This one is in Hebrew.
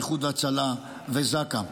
איחוד הצלה וזק"א.